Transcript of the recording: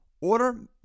Order